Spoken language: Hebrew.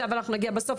אבל אנחנו נגיע בסוף,